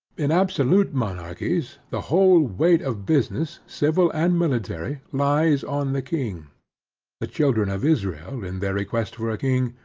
in absolute monarchies the whole weight of business, civil and military, lies on the king the children of israel in their request for a king,